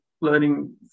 learning